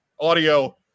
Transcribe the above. audio